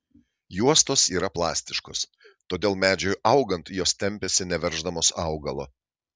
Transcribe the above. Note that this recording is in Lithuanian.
juostos yra plastiškos todėl medžiui augant jos tempiasi neverždamos augalo